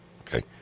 Okay